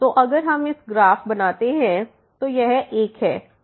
तो अगर हम ग्राफ बनाते हैं तो यह 1 है